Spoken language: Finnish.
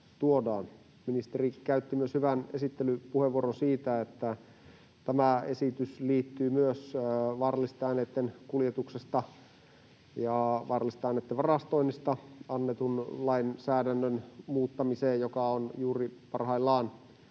Ministeri käytti myös hyvän esittelypuheenvuoron siitä, että tämä esitys liittyy myös vaarallisten aineitten kuljetuksesta ja vaarallisten aineitten varastoinnista annetun lainsäädännön muuttamiseen, joka on juuri parhaillaan